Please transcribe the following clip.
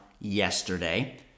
yesterday